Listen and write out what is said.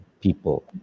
people